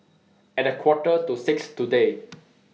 At A Quarter to six today